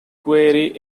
quarry